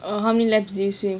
orh how many laps did you swim